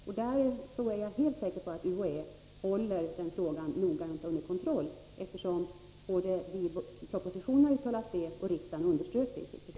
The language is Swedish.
Jag är helt säker på att UHÄ håller den här frågan noggrant under kontroll, eftersom detta har uttalats i propositionen och riksdagen har understrukit detta i sitt beslut.